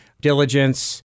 diligence